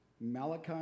Malachi